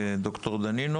ד"ר דנינו